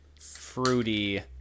fruity